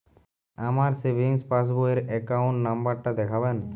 আমার সেভিংস পাসবই র অ্যাকাউন্ট নাম্বার টা দেখাবেন?